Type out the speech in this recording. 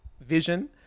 vision